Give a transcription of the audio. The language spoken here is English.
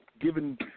given